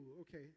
okay